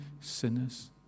sinners